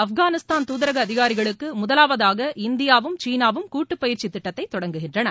ஆப்கானிஸ்தான் துதரக அதிகாரிகளுக்கு முதலாவதாக இந்தியாவும் சீனாவும் கூட்டுப் பயிற்சி திட்டத்தை தொடங்குகின்றன